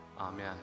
Amen